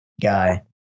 guy